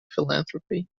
philanthropy